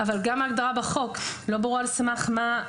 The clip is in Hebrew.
אבל גם ההגדרה בחוק, לא ברור על סמך מה.